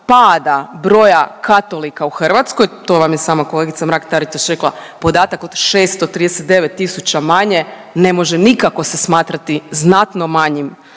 pada broja katolika u Hrvatskoj. To vam je sama kolegica Mrak-Taritaš rekla podatak od 639000 manje ne može nikako se smatrati znatno manjim.